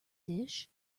dish